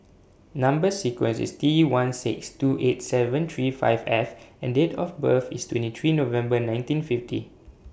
Number sequence IS T one six two eight seven three five F and Date of birth IS twenty three November nineteen fifty